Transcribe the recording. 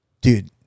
Dude